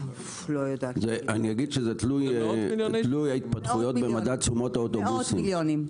לא יודעת מאות מיליונים, מאות מיליונים.